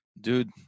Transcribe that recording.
dude